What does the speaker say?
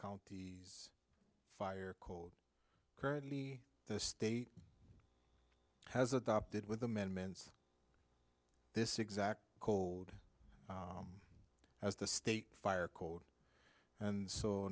county fire code currently the state has adopted with amendments this exact code as the state fire code and so